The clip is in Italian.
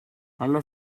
alla